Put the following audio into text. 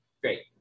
Great